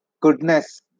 goodness